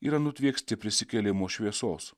yra nutvieksti prisikėlimo šviesos